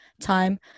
time